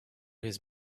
his